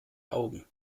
augen